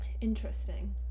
Interesting